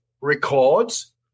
records